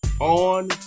on